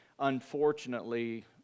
unfortunately